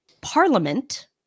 Parliament